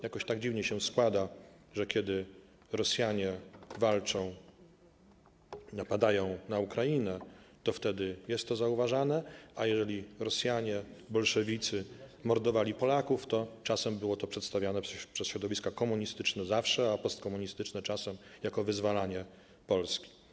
Jakoś tak dziwnie się składa, że kiedy Rosjanie walczą, napadają na Ukrainę, to wtedy jest to zauważane, a jeżeli Rosjanie, bolszewicy mordowali Polaków, to czasem było to przedstawiane - przez środowiska komunistyczne zawsze, a postkomunistyczne czasem - jako wyzwalanie Polski.